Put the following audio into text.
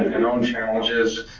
and own challenges,